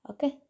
Okay